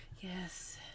Yes